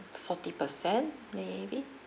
forty percent maybe